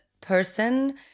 person